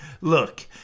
Look